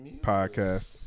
Podcast